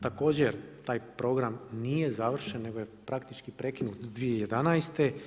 Također taj program nije završen nego je praktički prekinut 2011.